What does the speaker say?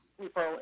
people